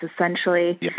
essentially –